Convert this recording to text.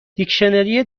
دیکشنری